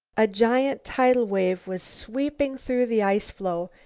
a giant tidal wave was sweeping through the ice-floe.